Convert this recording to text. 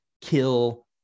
kill